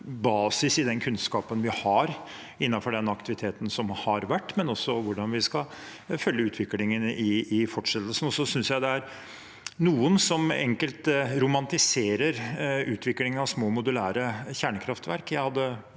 basis i den kunnskapen vi har innenfor den aktiviteten som har vært, og hvordan vi skal følge utviklingen i fortsettelsen. Jeg synes det er noen som helt enkelt romantiserer utviklingen av små modulære kjernekraftverk.